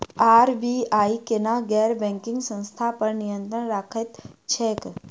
RBI केना गैर banking संस्था पर नियत्रंण राखैत छैक?